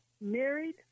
married